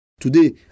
Today